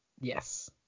Yes